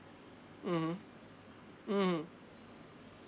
mmhmm mmhmm